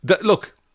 Look